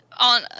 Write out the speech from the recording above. on